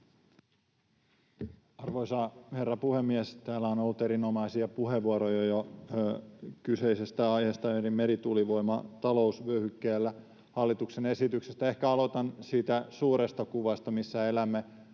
Arvoisa herra puhemies! Täällä on ollut erinomaisia puheenvuoroja jo kyseisestä aiheesta eli merituulivoima talousvyöhykkeellä ‑hallituksen esityksestä. Ehkä aloitan siitä suuresta kuvasta, missä elämme